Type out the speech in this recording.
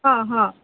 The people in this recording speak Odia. ହଁ ହଁ